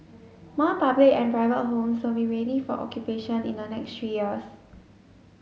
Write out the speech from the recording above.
more public and private homes will be ready for occupation in the next three years